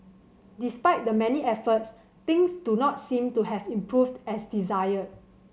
despite the many efforts things do not seem to have improved as desired